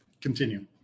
Continue